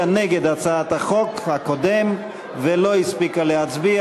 נגד הצעת החוק הקודמת ולא הספיקה להצביע.